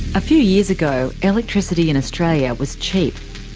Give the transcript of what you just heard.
a few years ago, electricity in australia was cheap.